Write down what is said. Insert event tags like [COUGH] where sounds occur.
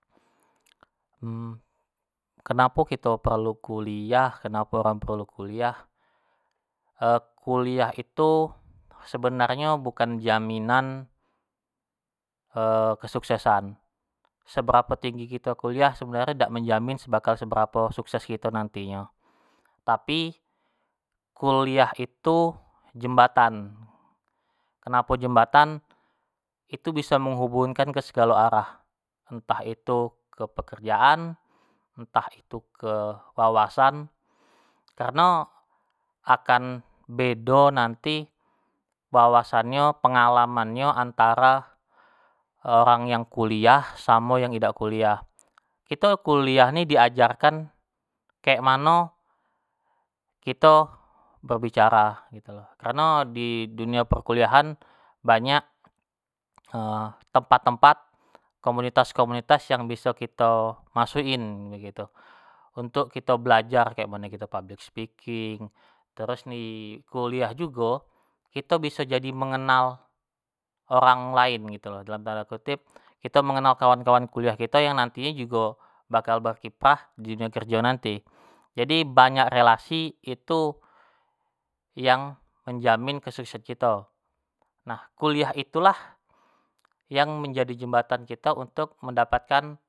[HESITATION] kenapo kito perlu kuliah, kenapo orang perlu kuliah [HESITATION] kuliah itu sebenarnyo bukan jaminan [HESITATION] kesuksesan. Seberapo tinggi kito kuliah sebenarnyo dak menjamin bakal seberapo sukses kito nanti nyo, tapi kuliah itu jembatan, kenapo jembatan itu biso menghubungkan ke segalo arah, entah itu ke kerjaan, entah itu ke wawasan, kareno akan bedo nanti wawasannyo, pengalamannyo antara orang yang kuliah samo yang idak kuliah, kito kuliah ni di ajarkan kek mano kito berbicara gitu lo, kareno di dunia perkuliahan banyak [HESITATION] tempat-tempat, komunitas-komunitas yang biso kito masuk in gitu, untuk kito belajar, kek mano kito public speaking, terus di kuliah jugo kito biso jadi mengenal orang lain gitu lo, dalam dalam tanda kutip kito mengenal kawan-kawan kuliah kito yang nanti nyo jugo bakal berkiprah di dunio kerjo nanti, jadi banyak relasi itu yang menjaminkesuksesan kito, nah kuliah itulah yang menjadi jembatan kito untuk mendapatkan.